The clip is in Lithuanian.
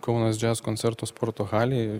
kaunas jazz koncerto sporto halėj